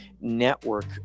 network